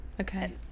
Okay